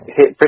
hit